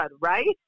Right